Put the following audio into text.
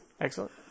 Excellent